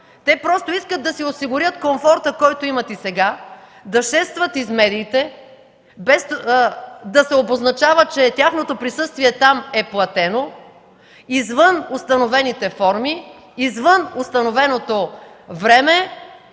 Те искат да си осигурят комфорта, който имат и сега, да шестват из медиите, без да се обозначава, че тяхното присъствие там е платено, извън установените форми, извън установеното време